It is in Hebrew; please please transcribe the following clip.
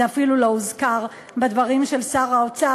זה אפילו לא הוזכר בדברים של שר האוצר.